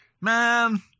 man